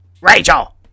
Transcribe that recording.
Rachel